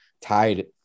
tied